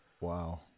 Wow